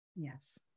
Yes